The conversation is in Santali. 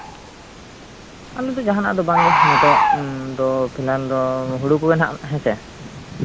ᱟᱞᱮ ᱫᱚ ᱡᱟᱦᱟᱱᱟᱜ ᱫᱚ ᱵᱟᱝᱜᱮ ᱱᱤᱛᱚᱜ ᱫᱚ ᱯᱷᱤᱱᱟᱞ ᱫᱚ ᱦᱩᱲᱩ ᱠᱚᱜᱮ ᱦᱟᱸᱜ ᱦᱮᱸ ᱥᱮ